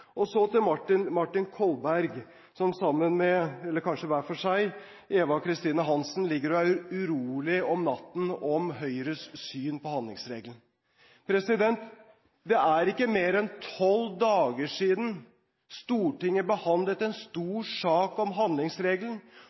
Norge. Så til Martin Kolberg, som sammen med – eller kanskje hver for seg – Eva Kristin Hansen ligger og er urolig om natten over Høyres syn på handlingsregelen. Det er ikke mer enn tolv dager siden Stortinget behandlet en stor sak om handlingsregelen,